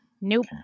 nope